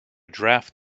draft